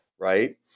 right